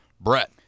Brett